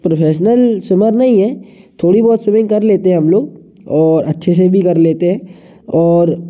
professional swimmer नहीं है थोड़ी बहुत स्विमिंग कर लेते हैं हम लोग और अच्छे से भी कर लेते हैं और